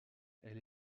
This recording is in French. elle